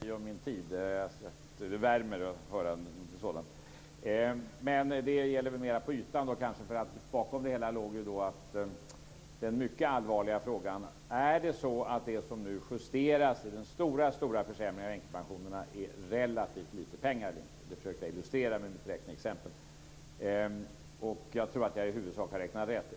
Fru talman! Jag får tacka Lennart Klockare för hans omtanke om min tid. Det värmer att höra något sådant. Men det är väl mer på ytan. Bakom det hela låg den mycket allvarliga frågan: Är det så att i det som nu justeras, den stora försämringen av änkepensionerna, är det relativt lite pengar? Det försökte jag illustrera med ett räkneexempel. Jag tror att jag i huvudsak har räknat rätt.